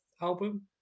album